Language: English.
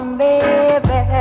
baby